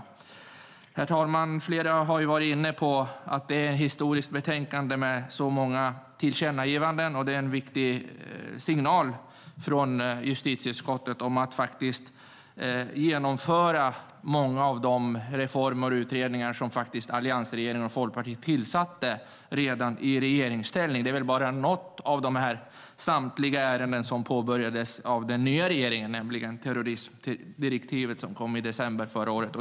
Flera talare har varit inne på att detta är ett historiskt betänkande med så många tillkännagivanden och att det är en viktig signal från justitieutskottet om att många av de reformer och utredningar som påbörjades av alliansregeringen och Folkpartiet ska genomföras. Det är bara något av dessa ärenden som har påbörjats av den nya regeringen, nämligen direktivet om terrorism som kom i december förra året.